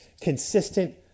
consistent